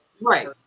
right